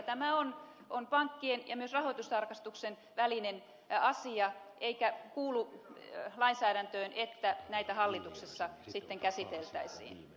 tämä on pankkien ja myös rahoitustarkastuksen välinen asia eikä kuulu lainsäädäntöön että näitä hallituksessa sitten käsiteltäisiin